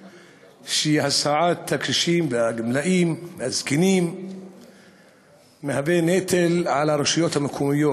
שהסעת הקשישים והגמלאים והזקנים מהווה נטל על הרשויות המקומיות,